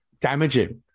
damaging